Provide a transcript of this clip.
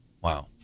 Wow